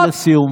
משפט לסיום,